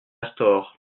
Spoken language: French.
astor